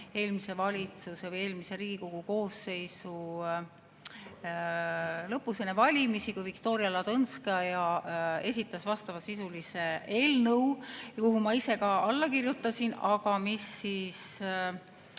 Viimati [arutati seda] eelmise Riigikogu koosseisu lõpus, enne valimisi, kui Viktoria Ladõnskaja esitas vastavasisulise eelnõu, kuhu ma ise ka alla kirjutasin, aga mis siis